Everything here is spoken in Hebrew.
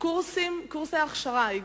קורסי הכשרה.